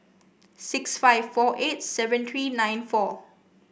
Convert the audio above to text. six five four eight seven three nine four